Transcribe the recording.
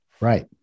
Right